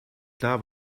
klar